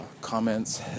comments